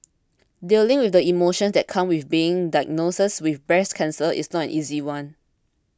dealing with the emotions that come with being diagnosed with breast cancer is not an easy one